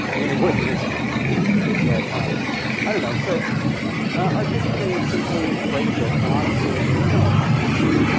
i mean it wouldn't, it's the same thing, but um i don't know. so artistically it simply breaks it, and honestly there's no alternative here.